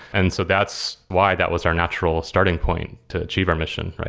and so that's why that was our natural starting point to achieve our mission.